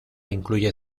incluye